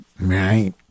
right